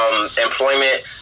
employment